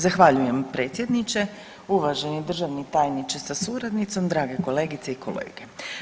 Zahvaljujem predsjedniče, uvaženi državni tajniče sa suradnicom, drage kolegice i kolege.